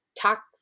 talk